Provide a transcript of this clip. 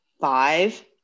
five